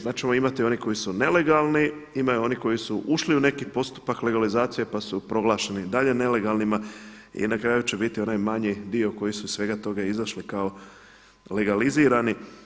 Sad ćemo imati one koji su nelegalni, imaju oni koji su ušli u neki postupak legalizacije pa su proglašeni i dalje nelegalnima i na kraju će biti onaj manji dio koji su iz svega toga izašli kao legalizirani.